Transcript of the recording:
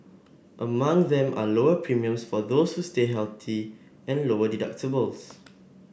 among them are lower premiums for those who stay healthy and lower deductibles